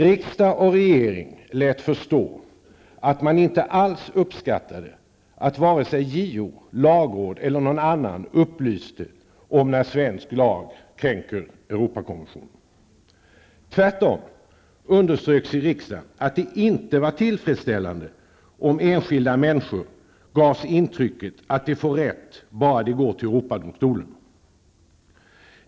Riksdag och regering lät förstå att man inte alls uppskattade att vare sig JO, lagråd eller någon annan upplyste om när svensk lag kränker Tvärtom underströks i riksdagen att det inte var tillfredsställande om enskilda människor gavs intrycket att de får rätt bara de går till Europadomstolen.